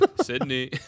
Sydney